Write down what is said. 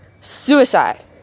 suicide